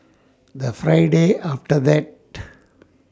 The Friday after that